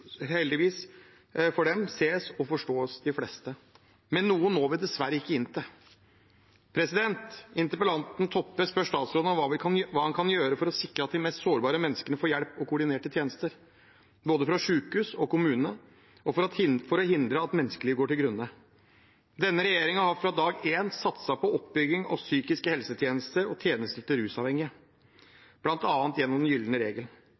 Heldigvis for dem sees og forståes de fleste, men noen når vi dessverre ikke inn til. Interpellanten Toppe spør statsråden hva han kan gjøre for å sikre at de mest sårbare menneskene får hjelp og koordinerte tjenester, både fra sykehus og fra kommune, og for å hindre at menneskeliv går til grunne. Denne regjeringen har fra dag én satset på oppbygging av psykiske helsetjenester og tjenester til rusavhengige, bl.a. gjennom den gylne regel.